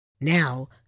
Now